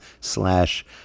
slash